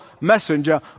messenger